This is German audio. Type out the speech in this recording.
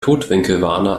totwinkelwarner